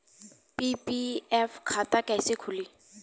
PPF खाता कैसे खुली?